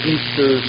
Easter